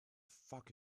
fuck